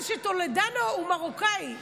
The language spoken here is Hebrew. מזל שטולדנו הוא מרוקאי.